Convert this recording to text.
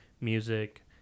music